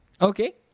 Okay